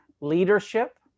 leadership